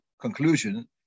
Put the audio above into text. conclusion